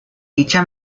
dicha